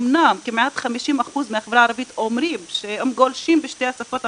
אמנם כמעט 50% מהחברה הערבית אומרים שהם גולשים בשתי השפות,